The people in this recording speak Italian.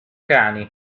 cani